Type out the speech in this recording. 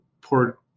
poor